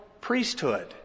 priesthood